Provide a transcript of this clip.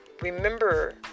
remember